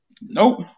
Nope